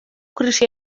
krisi